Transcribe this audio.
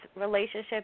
relationship